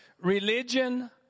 religion